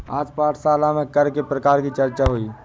आज पाठशाला में कर के प्रकार की चर्चा हुई